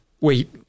wait